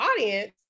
audience